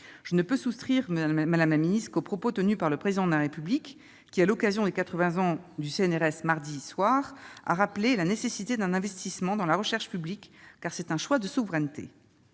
Je ne peux que souscrire aux propos tenus par le Président de la République, qui, à l'occasion des quatre-vingts ans du CNRS mardi soir dernier, a rappelé « la nécessité d'un investissement dans la recherche publique, car c'est un choix de souveraineté